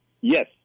Yes